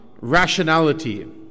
rationality